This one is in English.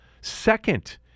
Second